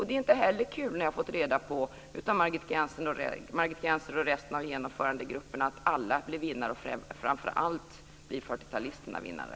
Det är inte heller kul när jag av Margit Gennser och resten av Genomförandegruppen får reda på att alla blir vinnare och att framför allt fyrtiotalisterna blir vinnare.